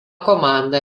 komanda